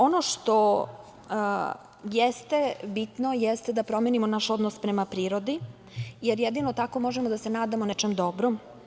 Ono što jeste bitno jeste da promenimo naš odnos prema prirodi, jer jedino tako možemo da se nadamo nečem dobrom.